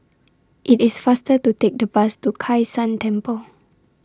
IT IS faster to Take The Bus to Kai San Temple